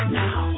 now